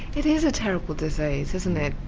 it is a terrible disease, isn't it?